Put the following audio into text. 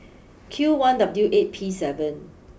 Q one W eight P seven